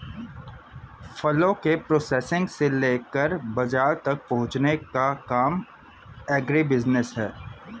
फलों के प्रोसेसिंग से लेकर बाजार तक पहुंचने का काम एग्रीबिजनेस है